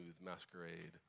masquerade